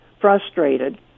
frustrated